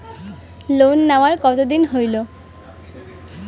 Loan নেওয়ার কতদিন হইল?